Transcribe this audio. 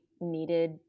needed